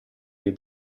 dei